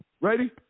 Ready